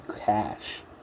cash